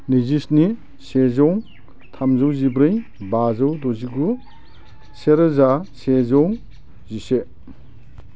नैजिस्नि सेजौ थामजौ जिब्रै बाजौ द'जिगु सेरोजा सेजौ जिसे